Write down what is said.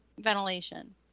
ventilation